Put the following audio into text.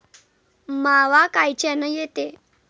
मावा कायच्यानं येते?